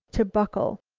to buckle,